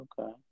okay